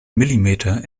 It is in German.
milliliter